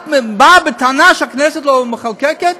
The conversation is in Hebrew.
רק באה בטענה שהכנסת לא מחוקקת.